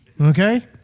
Okay